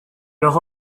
leur